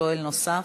שואל נוסף.